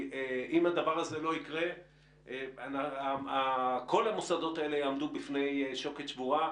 אם הדבר הזה לא יקרה כל המוסדות הללו יעמדו בפני שוקת שבורה,